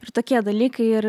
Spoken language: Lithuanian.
ir tokie dalykai ir